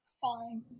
Fine